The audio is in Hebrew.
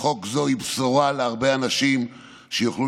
חוק זו היא בשורה להרבה אנשים שיוכלו